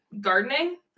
Gardening